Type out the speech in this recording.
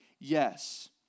yes